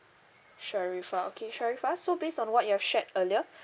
sharifah okay sharifah so based on what you've shared earlier